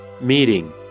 Meeting